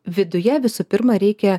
viduje visų pirma reikia